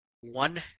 one